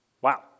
Wow